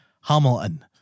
Hamilton